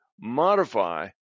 modify